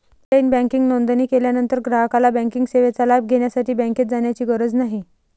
online banking नोंदणी केल्यानंतर ग्राहकाला बँकिंग सेवेचा लाभ घेण्यासाठी बँकेत जाण्याची गरज नाही